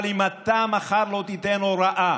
אבל אם אתה מחר לא תיתן הוראה